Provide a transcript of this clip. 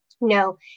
No